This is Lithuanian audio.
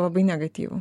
labai negatyvų